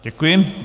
Děkuji.